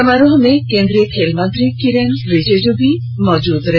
समारोह में केन्द्रीय खेल मंत्री किरेन रिजुजू भी मौजूद रहे